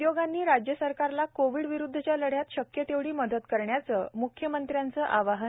उद्योगांनी राज्य सरकारला कोविड विरुद्धच्या लढ्यात शक्य तेवढी मदत करण्याचं मुख्यमंत्र्यांचं आवाहन